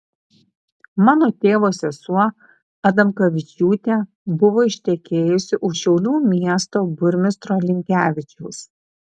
mano tėvo sesuo adamkavičiūtė buvo ištekėjusi už šiaulių miesto burmistro linkevičiaus